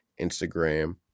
Instagram